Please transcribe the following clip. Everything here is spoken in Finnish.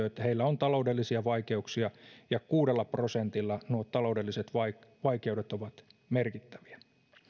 että heillä on taloudellisia vaikeuksia ja kuudella prosentilla nuo taloudelliset vaikeudet ovat merkittäviä